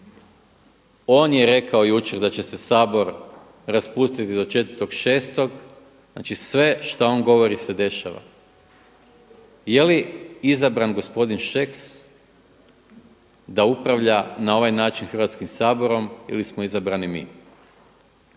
On je rekao jučer da će se Sabor raspustiti do 4.6. Znači sve što on govori se dešava. Je li izabran gospodin Šeks da upravlja na ovaj način Hrvatskim saborom ili smo izabrani mi?